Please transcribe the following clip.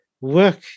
work